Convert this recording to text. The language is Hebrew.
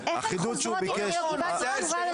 החידוד שהוא ביקש --- איך הן חוזרות אם אין תשובה לשאלה?